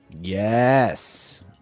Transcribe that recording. yes